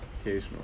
occasionally